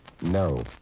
No